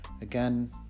Again